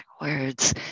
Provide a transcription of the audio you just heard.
words